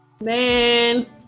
Man